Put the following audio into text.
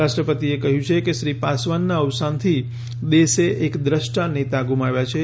રાષ્ટ્રપતિએ કહ્યું છેકે શ્રી પાસવાનનાં અવસાનથી દેશે એક દ્રષ્ટા નેતા ગૂમાવ્યા છે